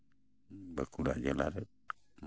ᱵᱟᱸᱠᱩᱲᱟ ᱡᱮᱞᱟᱨᱮ